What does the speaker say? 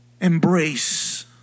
embrace